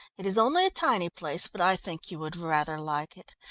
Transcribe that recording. it is only a tiny place, but i think you would rather like it.